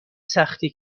سختی